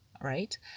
right